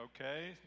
Okay